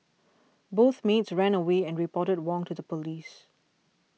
both maids ran away and reported Wong to the police